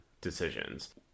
decisions